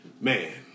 Man